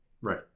Right